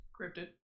Cryptid